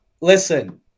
Listen